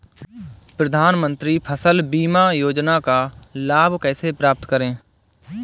प्रधानमंत्री फसल बीमा योजना का लाभ कैसे प्राप्त करें?